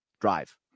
drive